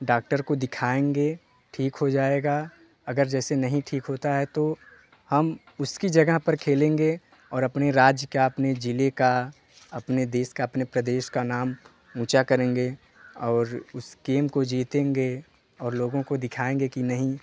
doctor को दिखाएँगे ठीक हो जाएगा अगर जैसे नहीं ठीक होता है तो हम उसकी जगह पर खेलेंगे और अपने राज्य का अपने ज़िले का अपने देश का अपने प्रदेश का नाम ऊँचा करेंगे और उस गेम को जीतेंगे और लोगों को दिखाएँगे कि नहीं